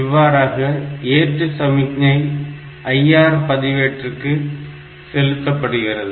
இவ்வாறாக ஏற்று சமிக்ஞை IR பதிவேட்டிற்கு செலுத்தப்படுகிறது